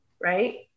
right